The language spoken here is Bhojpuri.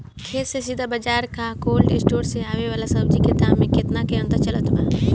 खेत से सीधा बाज़ार आ कोल्ड स्टोर से आवे वाला सब्जी के दाम में केतना के अंतर चलत बा?